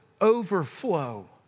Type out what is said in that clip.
overflow